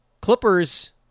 Clippers